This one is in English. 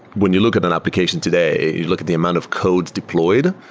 when you look at an application today, you look at the amount of codes deployed.